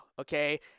Okay